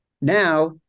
Now